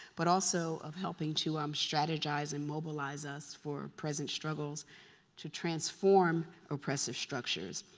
but also of helping to um strategize and mobilize us for present struggles to transform oppressive structures.